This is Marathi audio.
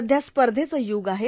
सध्या स्पर्धेचे य्ग आहे